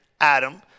Adam